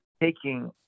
taking